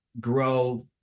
grow